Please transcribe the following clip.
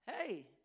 Hey